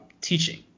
teaching